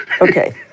okay